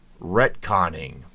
retconning